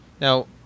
Now